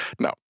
No